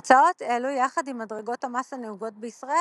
הוצאות אלו יחד עם מדרגות המס הנהוגות בישראל,